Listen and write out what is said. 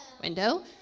window